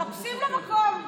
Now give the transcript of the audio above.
מחפשים לה מקום.